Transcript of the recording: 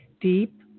Deep